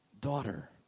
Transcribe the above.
daughter